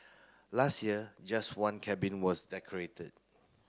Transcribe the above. last year just one cabin was decorated